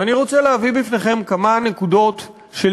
ואני רוצה להביא בפניכם כמה נקודות של